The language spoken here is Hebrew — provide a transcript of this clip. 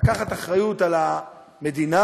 לקחת אחריות על המדינה,